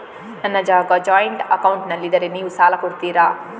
ನನ್ನ ಜಾಗ ಜಾಯಿಂಟ್ ಅಕೌಂಟ್ನಲ್ಲಿದ್ದರೆ ನೀವು ಸಾಲ ಕೊಡ್ತೀರಾ?